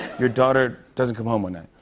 your daughter doesn't come home one night.